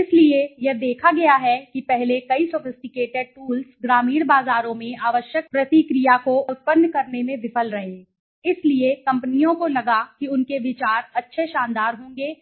इसलिए यह देखा गया है कि पहले कई सोफिस्टिकेटेड टूल्स ग्रामीण बाजारों में आवश्यक प्रतिक्रिया को उत्पन्न करने या उत्पन्न करने में विफल रहे इसलिए कंपनियों को लगा कि उनके विचार अच्छे शानदार होंगे